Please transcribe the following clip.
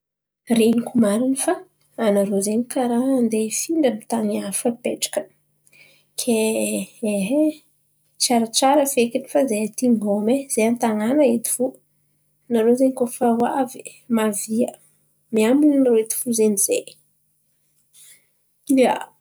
Ren̈iko marin̈y fa anarô zen̈y karà andeha hifindra amin-tany hafa hipetraka ke. Hay tsara tsara fekiny fa zahay ty ngômay zahay tanàna eto fo, anarô zen̈y koa fa avy mavia miambin̈y anarô eto fo zahay io.